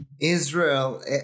Israel